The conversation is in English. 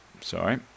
sorry